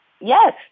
Yes